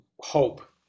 hope